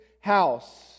house